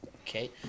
Okay